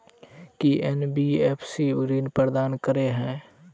की NBFC ऋण प्रदान करे है?